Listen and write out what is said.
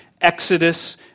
Exodus